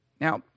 Now